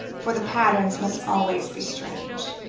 for the patterns must always be strange.